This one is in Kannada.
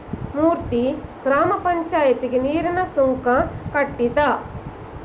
ಮೂರ್ತಿ ಗ್ರಾಮ ಪಂಚಾಯಿತಿಗೆ ನೀರಿನ ಸುಂಕ ಕಟ್ಟಿದ